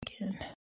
again